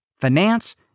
finance